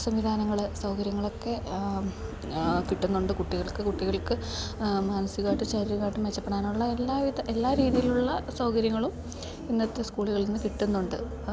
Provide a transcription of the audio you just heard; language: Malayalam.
സംവിധാനങ്ങൾ സൗകര്യങ്ങളൊക്കെ കിട്ടുന്നുണ്ട് കുട്ടികൾക്ക് കുട്ടികൾക്ക് മാനസികമായിട്ടും ശാരീരികമായിട്ടും മെച്ചപ്പെടാനുള്ള എല്ലാവിധ എല്ലാ രീതിയിലുള്ള സൗകര്യങ്ങളും ഇന്നത്തെ സ്കൂളുകളിൽ നിന്ന് കിട്ടുന്നുണ്ട്